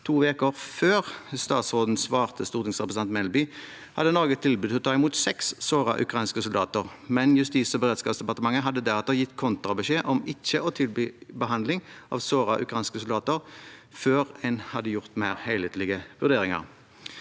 To uker før statsråden svarte stortingsrepresentant Melby, hadde Norge tilbudt å ta imot seks sårede ukrainske soldater, men Justis- og beredskapsdepartementet hadde deretter gitt kontrabeskjed om ikke å tilby behandling av sårede ukrainske soldater før en hadde gjort mer helhetlige vurderinger.